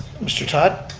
mr. todd,